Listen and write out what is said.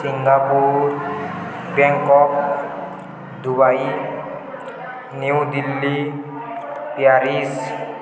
Singapore Bangkok Dubai New Delhi Paris